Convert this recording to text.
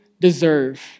deserve